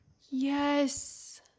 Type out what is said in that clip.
yes